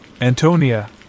Antonia